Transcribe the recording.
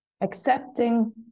accepting